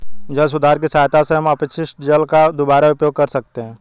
जल सुधार की सहायता से हम अपशिष्ट जल का दुबारा उपयोग कर सकते हैं